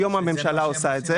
היום הממשלה עושה את זה.